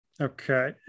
Okay